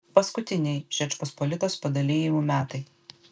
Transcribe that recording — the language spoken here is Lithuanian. paskutiniai žečpospolitos padalijimų metai